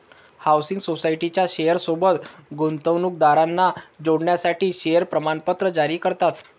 housing सोसायटीच्या share सोबत गुंतवणूकदारांना जोडण्यासाठी शेअर प्रमाणपत्र जारी करतात